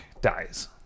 dies